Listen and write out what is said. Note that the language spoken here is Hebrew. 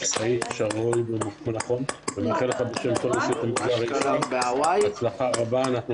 אנחנו מאחלים לך בהצלחה רבה.